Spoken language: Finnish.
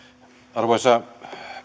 arvoisa